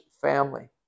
family